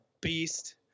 beast